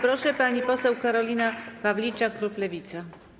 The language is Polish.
Proszę, pani poseł Karolina Pawliczak, klub Lewica.